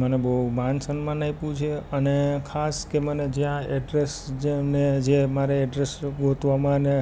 મને બહુ માન સન્માન આપ્યું છે અને ખાસ કે મને જ્યાં એડ્રેસ જે એમને જે મારે એડ્રેસ ગોતવામાં ને